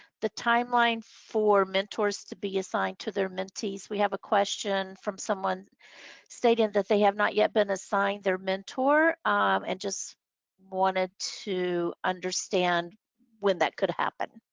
the timeline for mentors to be assigned to their mentees? we have a question from someone stating that they have not yet been assigned their mentor um and just wanted to understand when that could happen.